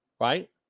right